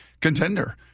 contender